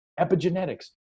Epigenetics